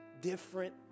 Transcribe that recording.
different